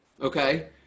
Okay